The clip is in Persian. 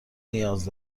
نیاز